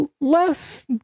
less